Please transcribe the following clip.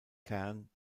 kern